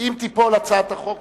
אם תיפול הצעת החוק,